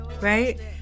right